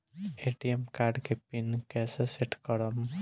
ATM card के PIN कैसे set करम?